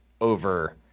over